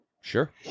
Sure